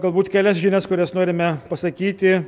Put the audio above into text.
galbūt kelias žinias kurias norime pasakyti